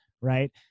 Right